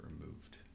removed